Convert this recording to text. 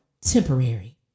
temporary